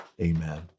amen